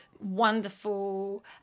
wonderful